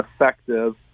effective